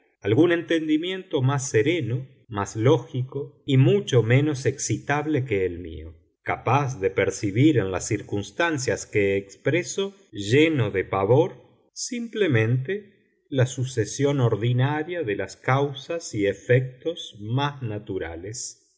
algún entendimiento más sereno más lógico y mucho menos excitable que el mío capaz de percibir en las circunstancias que expreso lleno de pavor simplemente la sucesión ordinaria de las causas y efectos más naturales